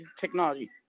technology